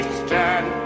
stand